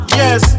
yes